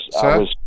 sir